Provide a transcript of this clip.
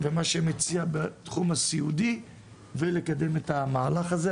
ומה שמציע בתחום הסיעודי ולקדם את המהלך הזה.